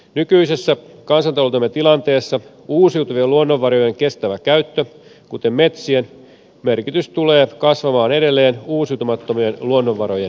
nykyisessä kansantaloutemme tilanteessa uusiutuvien luonnonvarojen kestävän käytön kuten metsien merkitys tulee kasvamaan edelleen uusiutumattomien luonnonvarojen ehtyessä